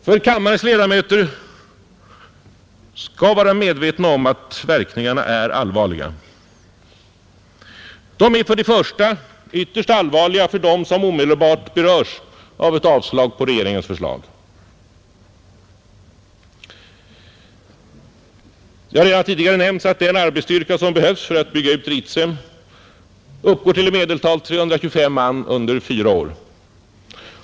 För kammarens ledamöter skall vara medvetna om att verkningarna är allvarliga. De är först och främst ytterst allvarliga för dem som omedelbart berörs av ett avslag på regeringens förslag. Jag har redan tidigare nämt att den arbetsstyrka som behövs för att bygga ut Ritsem uppgår till i medeltal 325 man under fyra år.